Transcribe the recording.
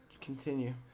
Continue